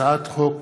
הצעת חוק